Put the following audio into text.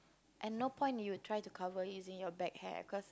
and no point if you try to cover it using your back hair cause